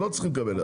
לא צריכים לקבל.